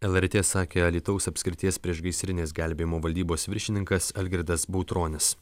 lrt sakė alytaus apskrities priešgaisrinės gelbėjimo valdybos viršininkas algirdas bautronis